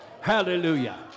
Hallelujah